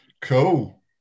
Cool